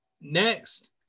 next